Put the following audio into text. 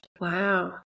Wow